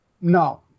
No